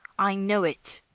i know it,